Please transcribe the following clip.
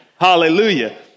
Hallelujah